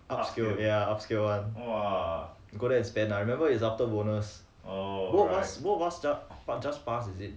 upscale ya upscale one go there and spend I remember is after bonus both both of us just pass is it